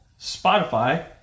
Spotify